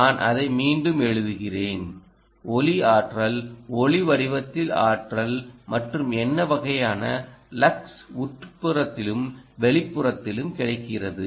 நான் அதை மீண்டும் எழுதுகிறேன் ஒளி ஆற்றல் ஒளி வடிவத்தில் ஆற்றல் மற்றும் என்ன வகையான லக்ஸ் உட்புறத்திலும் வெளிப்புறத்திலும் கிடைக்கிறது